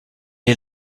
est